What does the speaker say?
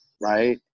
right